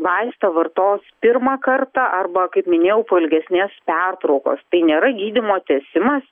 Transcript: vaistą vartos pirmą kartą arba kaip minėjau po ilgesnės pertraukos tai nėra gydymo tęsimas